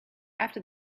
after